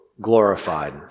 glorified